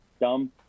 dumb